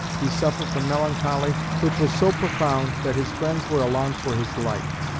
he suffered from melancholy, which was so profound that his friends were alarmed for his life.